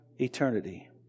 eternity